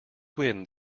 win